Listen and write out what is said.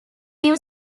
new